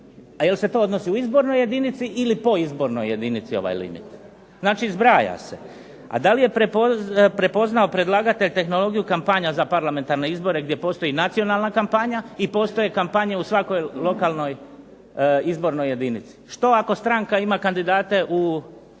a je li se to odnosi u izbornoj jedinici ili po izbornoj jedinici ovaj limit? Znači zbraja se. A da li je prepoznao predlagatelj tehnologiju kampanja za parlamentarne izbore gdje postoji nacionalna kampanja i postoje kampanje u svakoj lokalnoj izbornoj jedinici. Što ako stranka ima kandidate u nacionalno